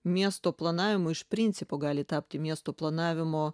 miesto planavimu iš principo gali tapti miesto planavimo